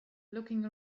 looking